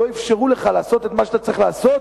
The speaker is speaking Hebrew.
לא אפשרו לך לעשות את מה שאתה צריך לעשות,